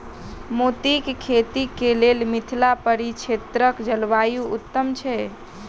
मोतीक खेती केँ लेल मिथिला परिक्षेत्रक जलवायु उत्तम छै?